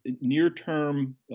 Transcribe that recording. near-term